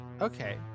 okay